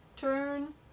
Turn